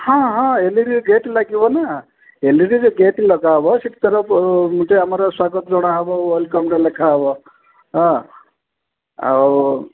ହଁ ହଁ ଏଲ୍ଇଡ଼ିରେ ଗେଟ୍ ଲାଗିବନା ଏଲ୍ଇଡ଼ିରେ ଗେଟ୍ ଲଗା ହେବ ସେଇଠି ତା'ର ଆମର ସ୍ୱାଗତ ଜଣା ହେବ ୱେଲକମ୍ଟେ ଲେଖା ହେବ ହଁ ଆଉ